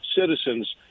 citizens